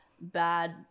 bad